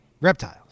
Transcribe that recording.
reptiles